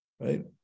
Right